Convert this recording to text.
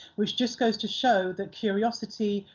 which just goes to show that curiosity,